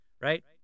right